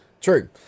True